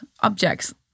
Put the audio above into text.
objects